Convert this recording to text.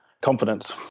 confidence